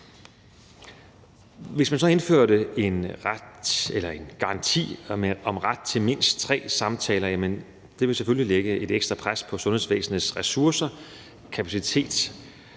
Hvis man så indførte en garanti om ret til mindst tre samtaler, ville det selvfølgelig lægge et ekstra pres på sundhedsvæsenets ressourcer, kapacitet.